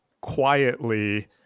quietly